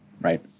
right